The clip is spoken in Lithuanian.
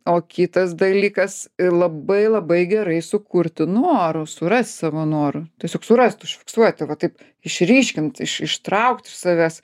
o kitas dalykas labai labai gerai sukurti norų surast savo norų tiesiog surast užfiksuoti va taip išryškint iš ištraukti iš savęs